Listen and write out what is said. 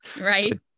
Right